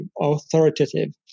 Authoritative